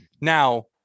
now